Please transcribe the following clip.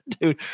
dude